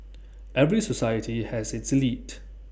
every society has its elite